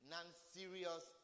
Non-serious